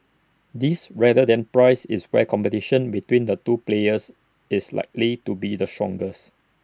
this rather than price is where competition between the two players is likely to be the strongest